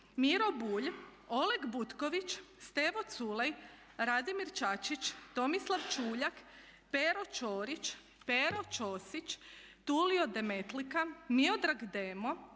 Miro Bulj, Oleg Butković, Stevo Culej, Radimir Čačić, Tomislav Čuljak, Pero Čorić, Pero Čosić, Tulio Demetlika, Miodrag Demo,